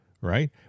right